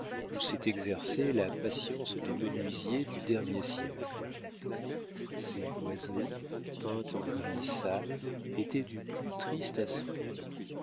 où s'est exercée la patience des menuisiers du dernier siècle ces boiseries peintes en gris sale étaient du plus triste aspect